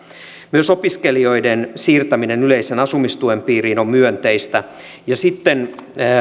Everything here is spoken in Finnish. myös opiskelijoiden siirtäminen yleisen asumistuen piiriin on myönteistä ja sitten